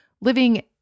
living